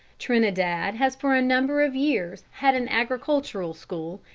trinidad has for a number of years had an agricultural school,